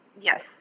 Yes